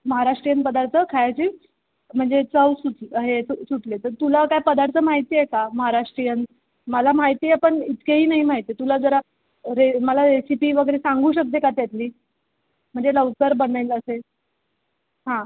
महाराष्ट्रीयन पदार्थ खायचे आहेत म्हणजे चव सुट हे सुटले तर तुला काय पदार्थ माहिती आहे का महाराष्ट्रीयन मला माहिती आहे पण इतकेही नाही माहिती तुला जरा रे मला रेसिपी वगैरे सांगू शकते का त्यातली म्हणजे लवकर बनेल असे हां